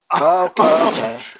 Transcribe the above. Okay